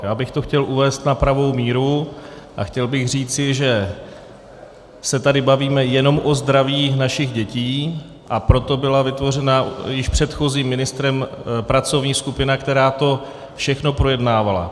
Já bych to chtěl uvést na pravou míru a chtěl bych říci, že se tady bavíme jenom o zdraví našich dětí, a proto byla vytvořena již předchozím ministrem pracovní skupina, která to všechno projednávala.